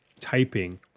typing